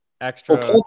extra –